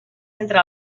entre